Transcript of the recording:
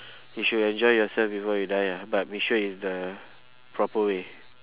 you should enjoy yourself before you die ah but make sure is the proper way